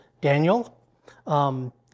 Daniel